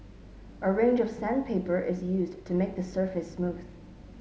a range of sandpaper is used to make the surface smooth